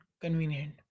convenient